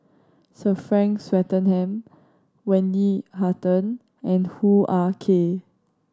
Sir Frank Swettenham Wendy Hutton and Hoo Ah Kay